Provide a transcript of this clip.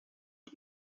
die